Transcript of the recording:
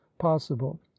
possible